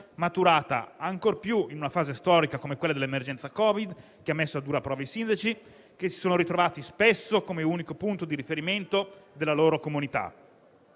maturata. Ciò è tanto più vero in una fase storica come quella dell'emergenza Covid, che ha messo a dura prova i sindaci, i quali si sono ritrovati spesso ad essere l'unico punto di riferimento della loro comunità.